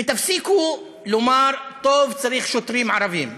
ותפסיקו לומר: טוב, צריך שוטרים ערבים.